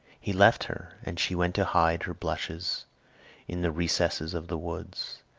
he left her, and she went to hide her blushes in the recesses of the woods.